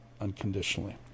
unconditionally